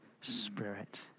Spirit